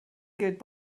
gilt